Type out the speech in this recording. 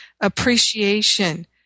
appreciation